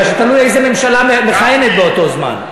מפני שתלוי איזו ממשלה מכהנת באותו זמן.